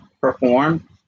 perform